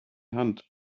hand